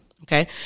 okay